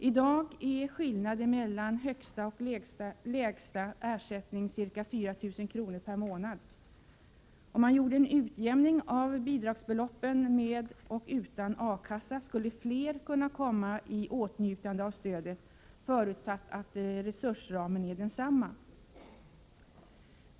I dag är skillnaden mellan högsta och lägsta ersättning ca 4 000 kr. per månad. Om man gjorde en utjämning av bidragsbeloppen med och utan A-kassa, skulle fler kunna komma i åtnjutande av stödet, förutsatt att resursramen är densamma.